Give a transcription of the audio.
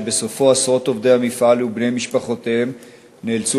שבסופו עשרות עובדי המפעל ובני משפחותיהם נאלצו